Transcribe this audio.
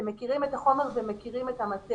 אתם מכירים את החומר ומכירים את המטריה.